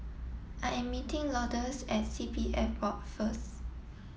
I am meeting Lourdes at C P F Board first